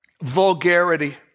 vulgarity